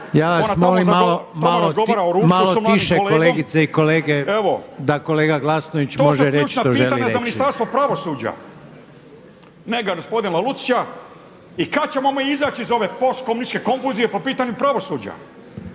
Ja vas molim malo tiše kolegice i kolege da kolega Glasnović može reći što želi./…